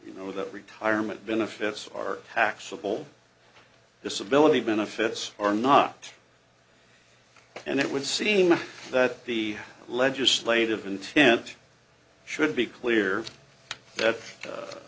you know that retirement benefits are taxable disability benefits or not and it would seem that the legislative intent should be clear that